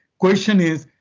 question is,